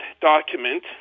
document